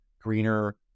greener